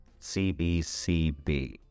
CBCB